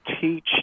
teach